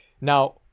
Now